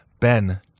Ben